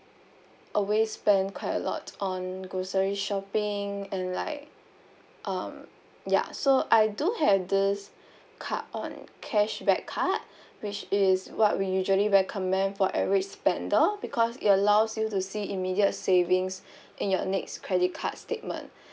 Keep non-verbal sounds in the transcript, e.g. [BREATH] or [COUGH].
always spend quite a lot on grocery shopping and like um ya so I do have this card on cashback card which is what we usually recommend for average spender because it allows you to see immediate savings [BREATH] in your next credit card statement